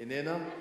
איננה?